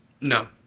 No